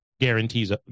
guarantees